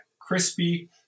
crispy